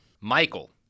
Michael